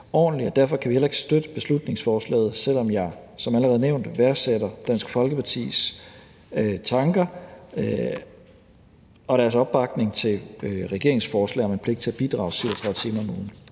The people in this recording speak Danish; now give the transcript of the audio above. Derfor kan vi heller ikke støtte beslutningsforslaget, selv om jeg som allerede nævnt værdsætter Dansk Folkepartis tanker og deres opbakning til regeringens forslag om en pligt til at bidrage 37 timer om ugen.